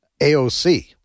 AOC